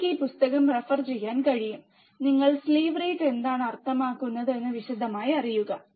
നിങ്ങൾക്ക് ഈ പുസ്തകം റഫർ ചെയ്യാൻ കഴിയും നിങ്ങൾ സ്ലീവ് റേറ്റ് എന്താണ് അർത്ഥമാക്കുന്നത് എന്ന് വിശദമായി അറിയുക